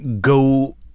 go